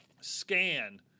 scan